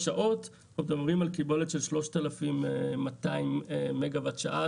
פה אנחנו מדברים על קיבולת של 3,200 מגה וואט לשעה,